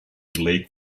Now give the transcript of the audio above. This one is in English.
lake